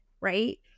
right